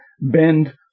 bend